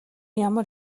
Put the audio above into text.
ямар